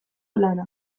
lanak